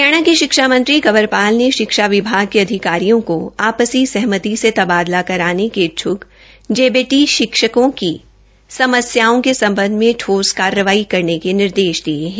हरियाणा के शिक्षा मंत्री कंवरपाल ने शिक्षा विभाग के अधिकारियों को आपसी सहमति से तबादला कराने के इच्छुक जेबीटी शिक्षकों की समस्याओं के सम्बंध में ठोस कार्रवाई करने के निर्देश दिए हैं